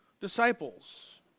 disciples